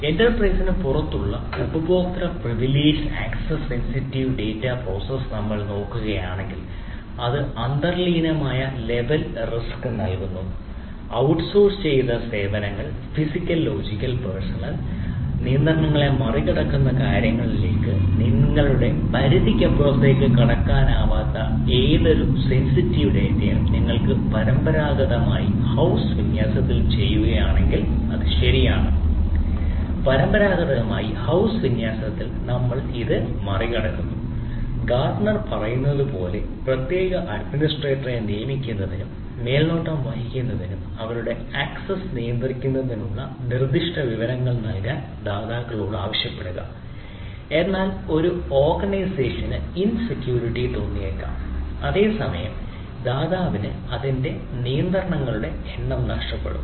എന്റർപ്രൈസിന് തോന്നിയേക്കാം അതേസമയം ദാതാവിന് അതിന്റെ നിയന്ത്രണങ്ങളുടെ എണ്ണം നഷ്ടപ്പെടും